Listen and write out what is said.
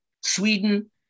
Sweden